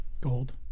Gold